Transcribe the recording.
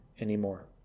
anymore